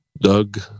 Doug